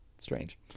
strange